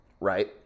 right